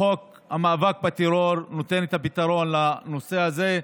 חוק המאבק בטרור נותן את הפתרון לנושא הזה.